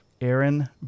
Aaron